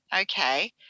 okay